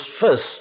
first